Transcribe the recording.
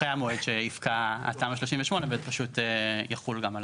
אחרי המועד שיפקע התמ"א 38 ויחול גם עליו.